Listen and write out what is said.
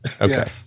okay